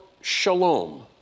shalom